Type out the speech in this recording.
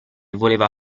voleva